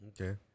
Okay